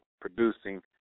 producing